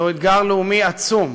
זהו אתגר לאומי עצום,